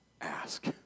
ask